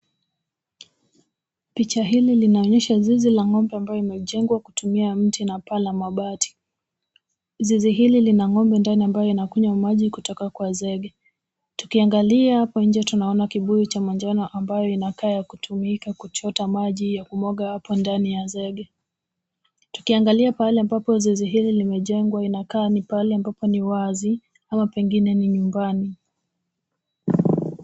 Picha hili linaonyesha zizi la ng'ombe ambayo imejengwa kutumia mti na paa la mabati. Zizi hili lina ng'ombe ndani ambayo inakunywa maji kutoka kwa zege. Tukiangalia hapo nje tunaona kibuyu cha manjano ambayo inakaa ya kutumika kuchota maji ya kumwaga hapo ndani ya zege. Tukiangalia pahali ambapo zizi hili limejengwa inakaa pahali ambapo ni wazi ama pengine ni nyumbani.